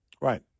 Right